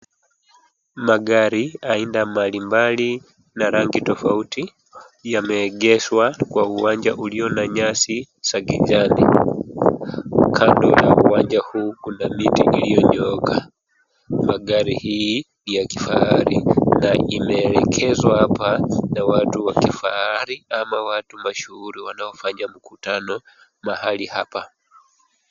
Magari aina mbalimbali na rangi tofauti yameengeshwa kwa uwanja ulio na nyasi za kijani. Kando la uwanja huu kuna miti ilionyooka .Magari hii ya kifahari na zimeelekezwa hapa na watu wakifahari au watu mashuhuri wanaofanya mkutano mahali hapa.